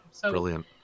brilliant